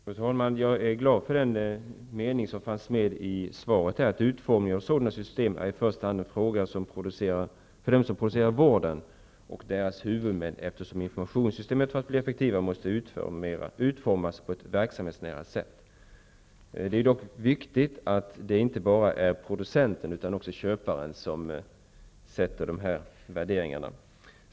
Fru talman! Jag är glad för den mening som fanns i svaret om informationssystem: ''Utformningen av sådana system är i första hand en fråga för dem som producerar vården och deras huvudmän eftersom informationssystem, för att bli effektiva, måste utformas på ett verksamhetsnära sätt.'' Det är dock viktigt att det inte bara är producenten utan också köparen som har sådana värderingar.